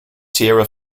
tierra